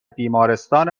بیمارستان